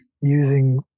using